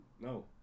No